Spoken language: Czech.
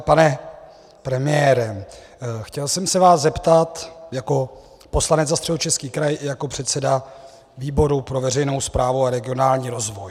Pane premiére, chtěl jsem se vás zeptat jako poslanec za Středočeský kraj i jako předseda výboru pro veřejnou správu a regionální rozvoj.